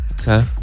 Okay